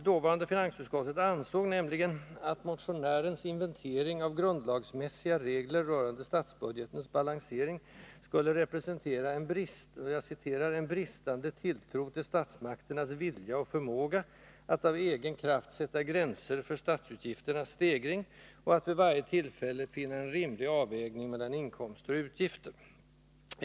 Dåvarande finansutskottet ansåg att ”motionärens inventering av grundlagsmässiga regler rörande statsbudgetens balansering” skulle representera ”en bristande tilltro till statsmakternas vilja och förmåga att av egen kraft sätta gränser för statsutgifternas stegring och att vid varje tillfälle finna en rimlig avvägning mellan inkomster och utgifter”.